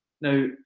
Now